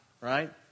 right